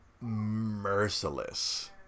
merciless